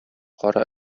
кара